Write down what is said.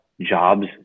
jobs